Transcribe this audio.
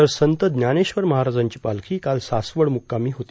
तर संत ज्ञानेश्वर महाराजांची पालखी काल सासवड मुक्कामी होती